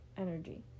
energy